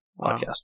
podcast